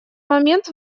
момент